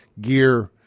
gear